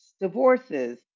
divorces